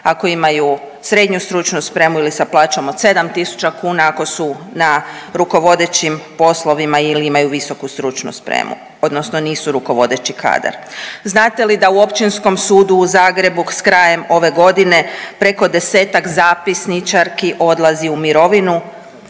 ako imaju srednju stručnu spremu ili sa plaćom od 7000 kuna ako su na rukovodećim poslovima ili imaju visoku stručnu spremu, odnosno nisu rukovodeći kadar. Znate li da u Općinskom sudu u Zagrebu s krajem ove godine preko desetak zapisničarki odlazi u mirovinu,